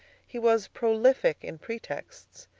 he was prolific in pretexts.